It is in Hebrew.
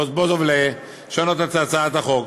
רזבוזוב רוצה לשנות את הצעת החוק.